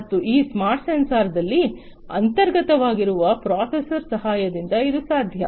ಮತ್ತು ಈ ಸ್ಮಾರ್ಟ್ ಸೆನ್ಸರ್ದಲ್ಲಿ ಅಂತರ್ಗತವಾಗಿರುವ ಪ್ರೊಸೆಸರ್ ಸಹಾಯದಿಂದ ಇದು ಸಾಧ್ಯ